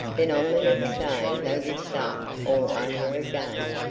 then on the next day they would start all over again.